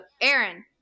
Aaron